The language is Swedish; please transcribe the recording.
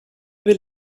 väl